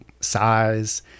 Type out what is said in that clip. size